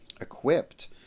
equipped